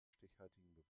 stichhaltigen